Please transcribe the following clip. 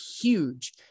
huge